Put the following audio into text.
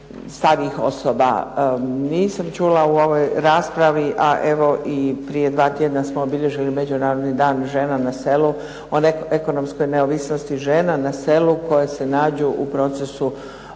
starijih osoba. Nisam čula u ovoj raspravi, a evo i prije 2 tjedna smo obilježili Međunarodni dan žena na selu, o ekonomskoj neovisnosti žena na selu koje se nađu u procesu